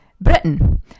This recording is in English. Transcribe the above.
Britain